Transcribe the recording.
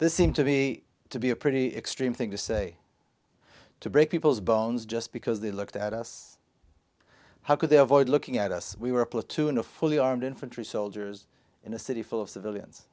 this seemed to me to be a pretty extreme thing to say to break people's bones just because they looked at us how could their voice looking at us we were a platoon of fully armed infantry soldiers in a city full of civilians